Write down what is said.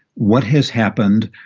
what has happened?